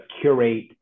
curate